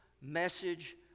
message